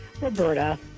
Roberta